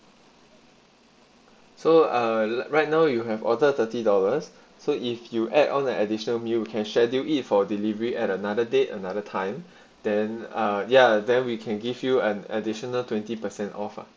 so uh right now you have ordered thirty dollars so if you add on an additional meal you can schedule eat for delivery at another date another time then uh ya then we can give you an additional twenty percent off ah